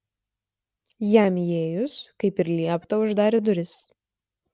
jam įėjus kaip ir liepta uždarė duris